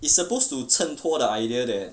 it's supposed to 承托 the idea that